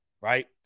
right